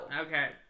Okay